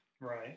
Right